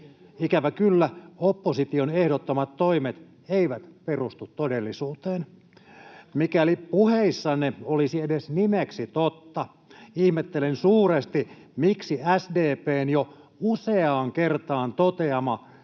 Ikävä kyllä opposition ehdottamat toimet eivät perustu todellisuuteen. Mikäli puheissanne olisi edes nimeksi totta, [Antti Kurvisen välihuuto] ihmettelen suuresti, miksi SDP:n jo useaan kertaan toteama